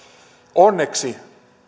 onneksi rahoituksesta